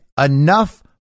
enough